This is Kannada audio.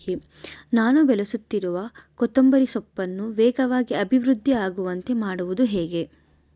ನಾನು ಬೆಳೆಸುತ್ತಿರುವ ಕೊತ್ತಂಬರಿ ಸೊಪ್ಪನ್ನು ವೇಗವಾಗಿ ಅಭಿವೃದ್ಧಿ ಆಗುವಂತೆ ಮಾಡುವುದು ಹೇಗೆ?